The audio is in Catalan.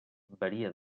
varia